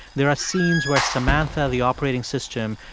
there are scenes where samantha, the operating system,